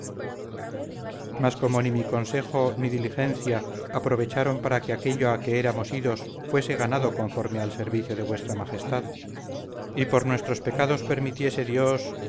mas como ni mi consejo ni diligencia aprovecharon para que aquello a que éramos idos fuese ganado conforme al servicio de vuestra majestad y por nuestros pecados permitiese dios